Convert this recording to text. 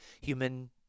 human